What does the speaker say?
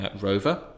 rover